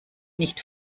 nicht